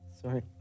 sorry